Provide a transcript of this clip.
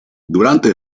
durante